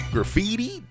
Graffiti